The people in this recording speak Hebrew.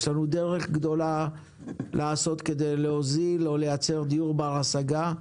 יש לנו דרך גדולה לעשות כדי להוזיל או לייצר דיור בר-השגה.